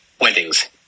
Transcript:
weddings